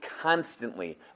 constantly